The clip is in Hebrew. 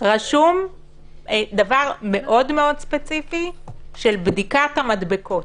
רשום דבר מאוד מאוד ספציפי של בדיקת המדבקות.